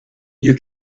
you